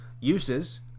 uses